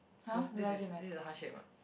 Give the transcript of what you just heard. cause this is this is a heart shape one